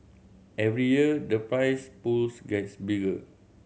every year the prize pools gets bigger